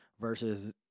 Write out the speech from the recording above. versus